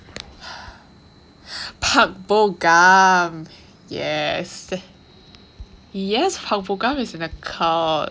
yes yes is in a cult